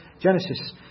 Genesis